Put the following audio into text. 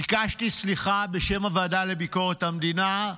ביקשתי סליחה בשם הוועדה לביקורת המדינה,